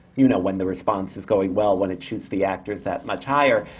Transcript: you know, when the response is going well, when it shoots the actors that much higher,